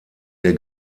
der